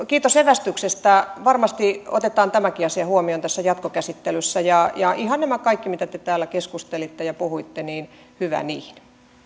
kiitos evästyksestä varmasti otetaan tämäkin asia huomioon jatkokäsittelyssä ja ja ihan nämä kaikki mitä te täällä keskustelitte ja puhuitte hyvä niin